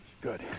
Good